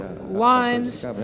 wines